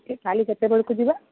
କାଲି କେତେବେଳକୁ ଯିବା